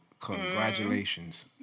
congratulations